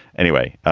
anyway,